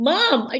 Mom